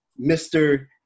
mr